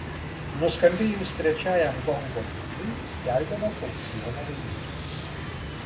nuskambėjus trečiajam gongo dūžiui skelbiamas aukciono laimėtojas